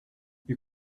you